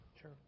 Sure